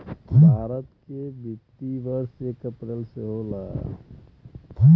भारत के वित्तीय वर्ष एक अप्रैल से होला